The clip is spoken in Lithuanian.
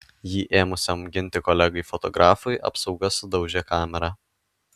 jį ėmusiam ginti kolegai fotografui apsauga sudaužė kamerą